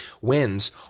wins